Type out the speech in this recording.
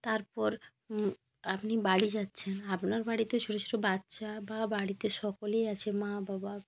তারপর আপনি বাড়ি যাচ্ছেন আপনার বাড়িতে ছোটো ছোটো বাচ্চা বা বাড়িতে সকলেই আছে মা বাবা